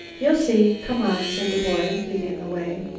you'll see. c'm'on, said the boy, leading the way.